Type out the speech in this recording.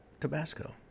Tabasco